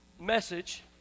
message